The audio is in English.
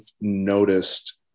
noticed